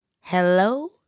Hello